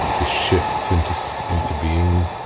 it shifts into so into being